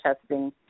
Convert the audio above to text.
testing